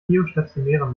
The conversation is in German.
geostationären